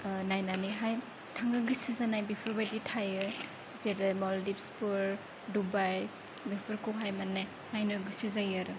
नायनानैहाय थांनो गोसो जानाय बेफोरबायदि थायो जेरै मल्डिभ्सफोर दुबाइ बेफोरखौहाय माने नायनो गोसो जायो आरो